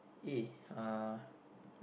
A uh